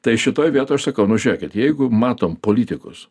tai šitoj vietoj aš sakau nu žiūrėkit jeigu matom politikus